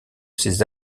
ses